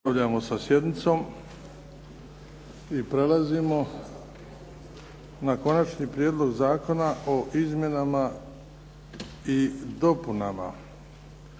Nastavljamo sa sjednicom i prelazimo na - Konačni prijedlog zakona o izmjenama i dopunama